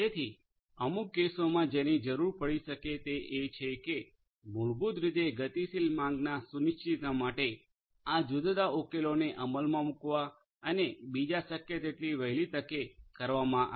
તેથી અમુક કેસોમાં જેની જરૂર પડી શકે તે એ છે કે મૂળભૂત રીતે ગતિશીલ માંગના સુનિશ્ચિતતા માટે આ જુદા જુદા ઉકેલોને અમલમાં મૂકવા અને બીજા શક્ય તેટલી વહેલી તકે કરવામાં આવે